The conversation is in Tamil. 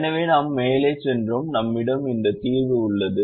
எனவே நாம் மேலே சென்றோம் நம்மிடம் இந்த தீர்வு உள்ளது